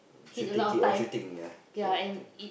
mm shooting keep on shooting ya keep on shooting